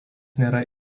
nėra